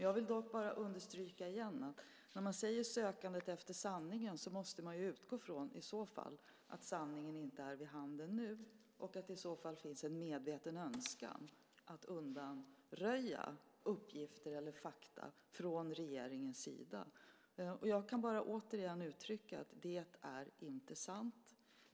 Jag vill dock understryka igen att när man säger sökandet efter sanningen måste man i så fall utgå från att sanningen inte är vid handen nu och att det i så fall finns en medveten önskan att undanröja uppgifter eller fakta från regeringens sida. Jag kan bara återigen uttrycka att det inte är sant.